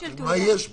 מה יש בה?